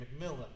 McMillan